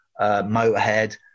Motorhead